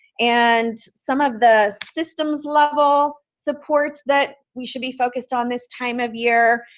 and some of the systems level supports that we should be focused on this time of year,